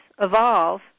evolve